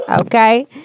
Okay